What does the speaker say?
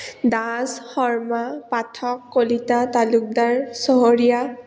Das Sharma Pathak Kalita Talukdar Chahariya